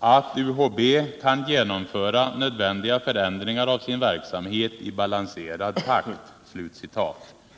”att UHB kan genomföra nödvändiga förändringar av sin verksamhet i balanserad takt”.